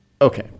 Okay